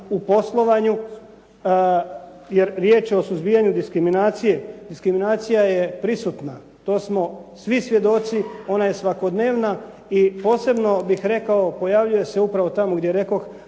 u poslovanju, jer je riječ o suzbijanju diskriminacije. Diskriminacija je prisutna to smo svi svjedoci, ona je svakodnevna i posebno bih rekao pojavljuje se upravo tamo gdje rekoh,